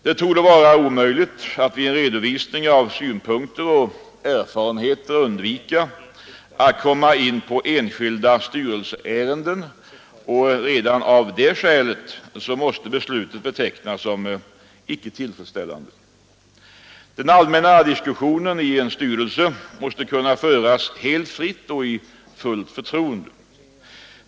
Det torde vara omöjligt att vid en redovisning av synpunkter och erfarenheter undvika att komma in på enskilda styrelseärenden — och redan av det skälet måste beslutet betecknas som icke tillfredsställande. Den allmänna diskussionen i en styrelse måste kunna föras helt fritt och i fullt förtroende.